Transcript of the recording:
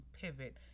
pivot